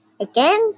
Again